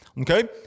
Okay